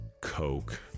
Coke